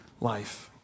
life